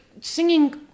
singing